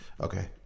Okay